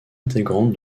intégrante